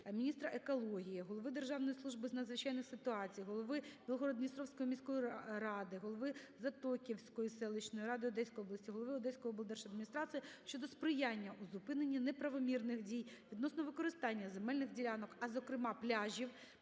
міністра екології, голови Державної служби з надзвичайних ситуацій, голови Білгород-Дністровської міської ради, голови Затоківської селищної ради Одеської області, голови Одеської облдержадміністрації щодо сприяння у зупиненні неправомірних дій, відносно використання земельних ділянок, а зокрема пляжів